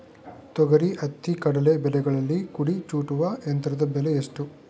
ತೊಗರಿ, ಹತ್ತಿ, ಕಡಲೆ ಬೆಳೆಗಳಲ್ಲಿ ಕುಡಿ ಚೂಟುವ ಯಂತ್ರದ ಬೆಲೆ ಎಷ್ಟು?